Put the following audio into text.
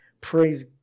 praise